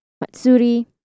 Matsuri